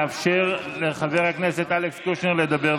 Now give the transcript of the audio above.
לאפשר לחבר הכנסת אלכס קושניר לדבר,